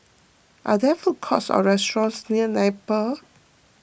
are there food courts or restaurants near Napier